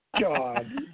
God